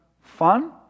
fun